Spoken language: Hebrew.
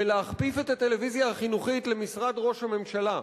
ולהכפיף את הטלוויזיה החינוכית למשרד ראש הממשלה,